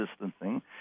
distancing